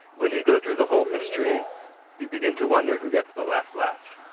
when you go through the whole history you begin to wonder who gets the last laugh.